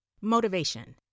motivation